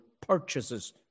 purchases